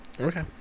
Okay